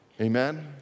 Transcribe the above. Amen